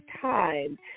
time